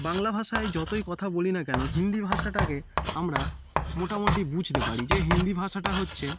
বাংলা ভাষায় যতই কথা বলি না কেন হিন্দি ভাষাটাকে আমরা মোটামুটি বুঝতে পারি যে হিন্দি ভাষাটা হচ্ছে